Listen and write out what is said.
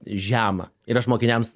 žema ir aš mokiniams